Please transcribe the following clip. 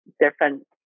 different